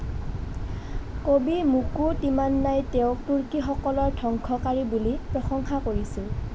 কবি মুকু তিমান্নাই তেওঁক তুৰ্কীসকলৰ ধ্বংসকাৰী বুলি প্ৰশংসা কৰিছিল